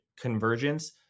convergence